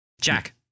Jack